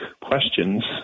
questions